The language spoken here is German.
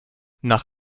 nach